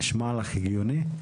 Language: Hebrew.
נשמע לך הגיוני?